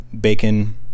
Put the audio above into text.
bacon